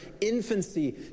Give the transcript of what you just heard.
infancy